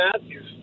Matthews